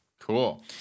cool